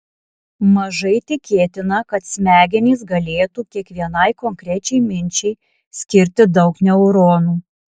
mažai tikėtina kad smegenys galėtų kiekvienai konkrečiai minčiai skirti daug neuronų